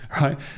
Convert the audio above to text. right